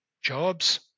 jobs